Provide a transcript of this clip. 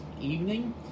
evening